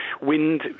wind